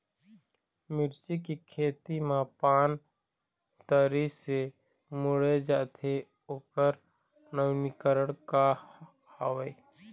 मिर्ची के खेती मा पान तरी से मुड़े जाथे ओकर नवीनीकरण का हवे?